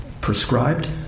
Prescribed